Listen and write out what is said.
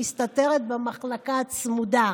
ומסתתרת במחלקה הצמודה.